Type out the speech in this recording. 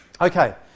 Okay